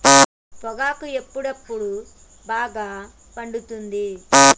పొగాకు ఎప్పుడు బాగా పండుతుంది?